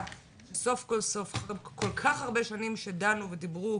סוף כל סוף, אחרי כל כך הרבה שנים שדנו ודיברו,